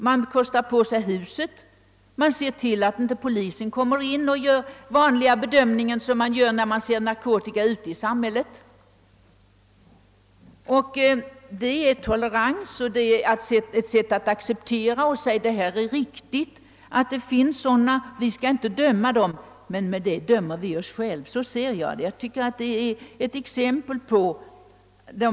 Man kostar på ett hus, man ser till att inte polisen kommer in och gör den vanliga bedömningen som görs av narkotika ute i samhället. Det är tolerans och ett sätt att acceptera en företeelse, som vi säger att vi inte skall döma. Men enligt min uppfattning dömer vi oss själva med detta.